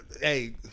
hey